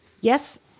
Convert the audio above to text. Yes